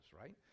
right